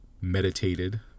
meditated